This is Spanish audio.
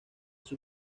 sus